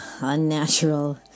Unnatural